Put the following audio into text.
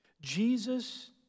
Jesus